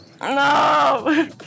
No